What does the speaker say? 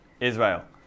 Israel